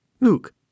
Look